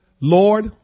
Lord